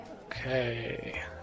Okay